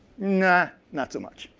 not not so much.